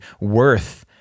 worth